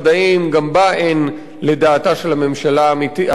גם בה אין, לדעתה של הממשלה הנוכחית,